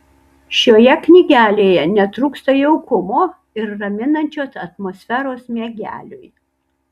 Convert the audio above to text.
šioje knygelėje netrūksta jaukumo ir raminančios atmosferos miegeliui